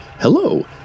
Hello